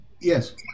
Yes